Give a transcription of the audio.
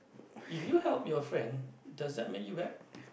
if you help your friend does that make you bad